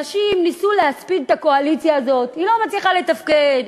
אנשים ניסו להספיד את הקואליציה הזאת: היא לא מצליחה לתפקד,